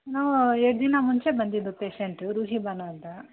ನಾವೂ ಎರಡು ದಿನ ಮುಂಚೆ ಬಂದಿದ್ದು ಪೇಷಂಟ್ ರೂಹಿಬಾನು ಅಂತ